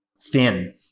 thin